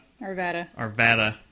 Arvada